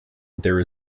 there